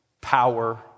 Power